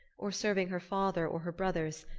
or serving her father or her brothers,